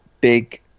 Big